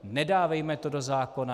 Nedávejme to do zákona!